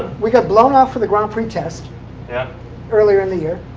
we got blown off for the grand prix test yeah earlier in the year.